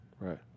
Right